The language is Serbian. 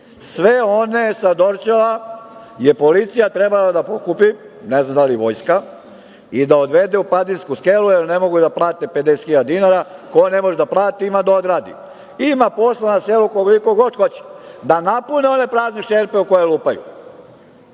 Sve one sa Dorćola je policija trebala da pokupi, ne znam da li vojska, i da odvede u Padinski Skelu jer ne mogu da plate 50.000 dinara. Ko ne može da plati ima da odradi. Ima posla na selu koliko god hoćete, da napune one prazne šerpe u koje lupaju.